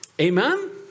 Amen